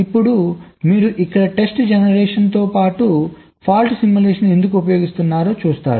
ఇప్పుడు మీరు ఇక్కడ టెస్ట్ జనరేషన్తో పాటు ఫాల్ట్ సిమ్యులేషన్ను ఎందుకు ఉపయోగిస్తున్నారో చూస్తారు